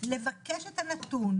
גם הנציבות וכל מי שיושב כאן,